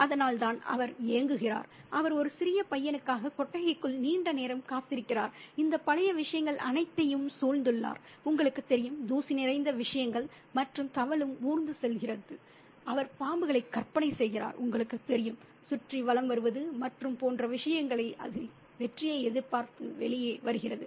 அதனால் தான் அவர் ஏங்குகிறார் அவர் ஒரு சிறிய பையனுக்காக கொட்டகைக்குள் நீண்ட நேரம் காத்திருக்கிறார் இந்த பழைய விஷயங்கள் அனைத்தையும் சூழ்ந்துள்ளார் உங்களுக்குத் தெரியும் தூசி நிறைந்த விஷயங்கள் மற்றும் தவழும் ஊர்ந்து செல்கிறது அவர் பாம்புகளை கற்பனை செய்கிறார் உங்களுக்குத் தெரியும் சுற்றி வலம் வருவது மற்றும் போன்ற விஷயங்கள் அது வெற்றியை எதிர்பார்த்து வெளியே வருகிறது